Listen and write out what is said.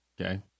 Okay